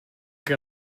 que